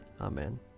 Amen